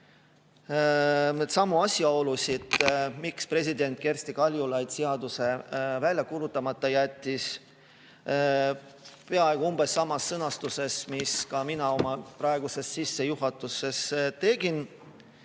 neidsamu asjaolusid, miks president Kersti Kaljulaid seaduse välja kuulutamata jättis, peaaegu samas sõnastuses, mis mina oma praeguses sissejuhatuses tegin,